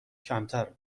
کمتر